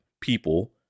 people